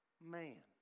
Man